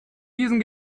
diesen